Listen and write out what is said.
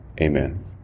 Amen